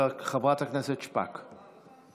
חברת הכנסת שפק.